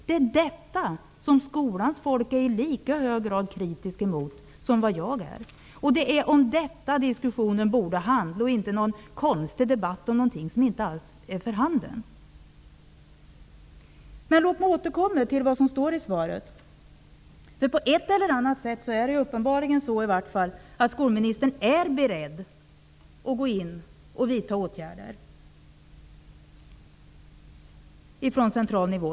Det är detta som skolans folk är kritiska mot i lika hög grad som vad jag är. Det är om detta diskussionen borde handla, men i stället för skolministern en konstig debatt om någonting som inte alls är för handen. Låt mig återkomma till vad som står i svaret. På ett eller annat sätt är skolministern uppenbarligen beredd att vidta åtgärder från central nivå.